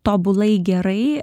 tobulai gerai